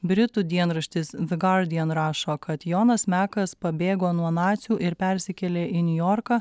britų dienraštis the guardian rašo kad jonas mekas pabėgo nuo nacių ir persikėlė į niujorką